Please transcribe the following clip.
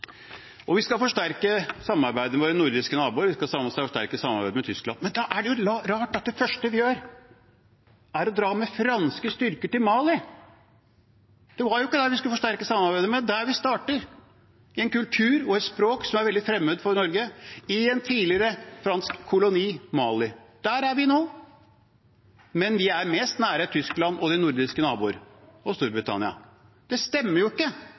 Vi skal forsterke samarbeidet med våre nordiske naboer, og vi skal forsterke samarbeidet med Tyskland – men da er det jo rart at det første vi gjør, er å dra med franske styrker til Mali. Det var jo ikke der vi skulle forsterke samarbeidet, men det er der vi starter, med en kultur og et språk som er veldig fremmed for Norge, i en tidligere fransk koloni, Mali. Der er vi nå. Men vi er mest nær Tyskland og våre nordiske naboer og Storbritannia. Det stemmer jo ikke.